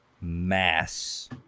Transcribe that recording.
mass